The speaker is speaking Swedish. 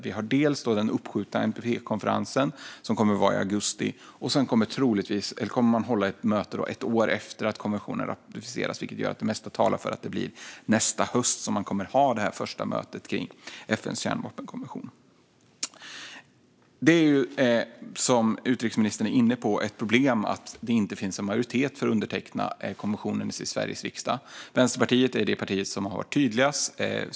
Vi har dels den uppskjutna NPT-konferensen i augusti, dels ett möte ett år efter att konventionen ratificeras, vilket gör att det mesta talar för att det blir nästa höst som man kommer att ha det här första mötet om FN:s kärnvapenkonvention. Som utrikesministern är inne på är det ett problem att det inte finns en majoritet för att underteckna konventionen i Sveriges riksdag. Vänsterpartiet är det parti som har varit tydligast.